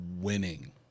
winning